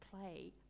play